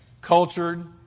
cultured